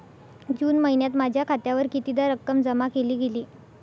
जून महिन्यात माझ्या खात्यावर कितीदा रक्कम जमा केली गेली?